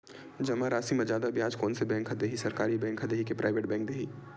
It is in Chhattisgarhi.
जमा राशि म जादा ब्याज कोन से बैंक ह दे ही, सरकारी बैंक दे हि कि प्राइवेट बैंक देहि?